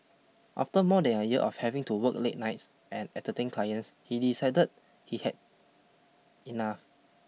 after more than a year of having to work late nights and entertain clients he decided he had enough